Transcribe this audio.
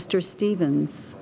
mr stevens